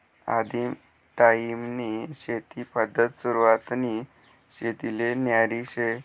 आदिम टायीमनी शेती पद्धत सुरवातनी शेतीले न्यारी शे